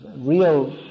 real